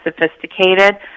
sophisticated